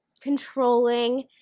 controlling